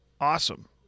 Awesome